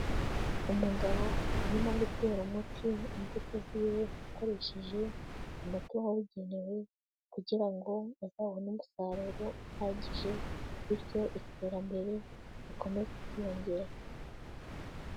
Umugabo arimo gutera umuti mu mbuto ziwe, ukoresheje umuti wabugenewe, kugira ngo azabone umusaruro uhagije, bityo iterambere rikomeze kwiyongera.